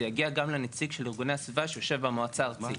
זה יגיע גם לנציג לש ארגוני הסביבה שיושב במועצה הארצית.